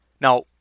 Now